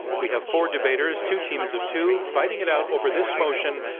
we have four debaters, two teams of two, fighting it out over this motion,